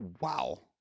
Wow